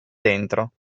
dentro